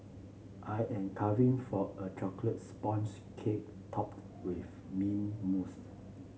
I am craving for a chocolates sponge cake topped with mint mousse